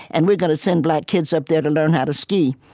and we're gonna send black kids up there to learn how to ski.